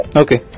okay